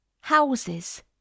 Houses